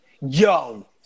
Yo